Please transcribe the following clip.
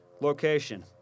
location